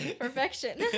Perfection